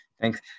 thanks